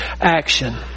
action